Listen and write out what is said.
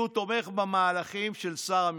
הוא תומך במהלכים של שר המשפטים.